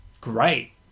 great